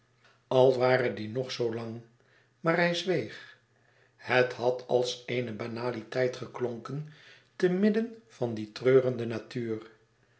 al ware die ook nog zoo lang maar hij zweeg het had als eene banaliteit geklonken te midden van die treurende natuur